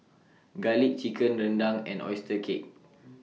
Garlic Chicken Rendang and Oyster Cake